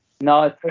No